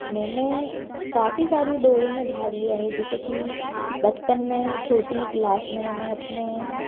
मैंने काफ़ी सारी दौड़ों में भाग लिया है जैसे की बचपन में छोटी क्लास में मैं अपने